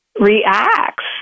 reacts